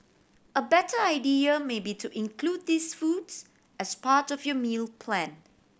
a better idea may be to include these foods as part of your meal plan